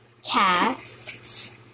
Cast